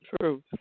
True